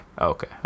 Okay